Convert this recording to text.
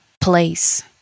place